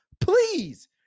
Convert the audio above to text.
please